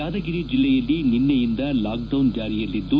ಯಾದಗಿರಿ ಜಿಲ್ಲೆಯಲ್ಲಿ ನಿನ್ನೆಯಿಂದ ಲಾಕ್ಡೌನ್ ಜಾರಿಯಲ್ಲಿದ್ದು